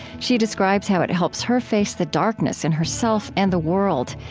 she describes how it helps her face the darkness in herself and the world,